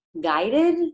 guided